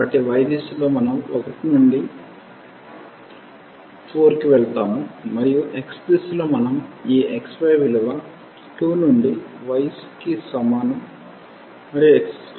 కాబట్టి y దిశలో మనం 1 నుండి 4 కి వెళ్తాము మరియు x దిశలో మనం ఈ xy విలువ 2 నుండి y కి సమానం మరియు x24 కి సమానం